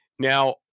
Now